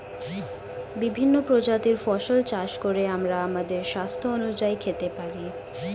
বিভিন্ন প্রজাতির ফসল চাষ করে আমরা আমাদের স্বাস্থ্য অনুযায়ী খেতে পারি